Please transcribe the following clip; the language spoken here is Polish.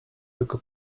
tylko